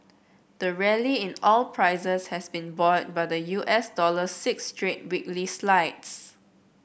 the rally in oil prices has been buoyed by the U S dollar's six straight weekly slides